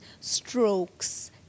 strokes